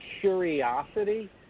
curiosity